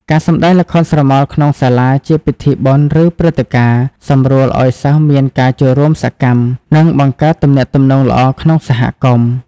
ការសម្តែងល្ខោនស្រមោលក្នុងសាលា ជាពិធីបុណ្យ ឬព្រឹត្តិការណ៍ សំរួលឲ្យសិស្សមានការចូលរួមសកម្ម និងបង្កើតទំនាក់ទំនងល្អក្នុង សហគមន៍។